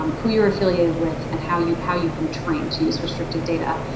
um who you're affiliated with, and how you've how you've been trained to use restricted data.